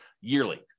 yearly